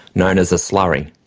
known as a slurry.